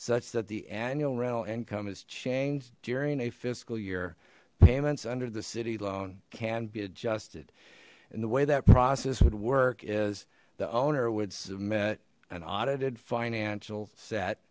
such that the annual rental income has changed during a fiscal year payments under the city loan can be adjusted and the way that process would work is the owner would submit an audited financial set